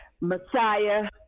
Messiah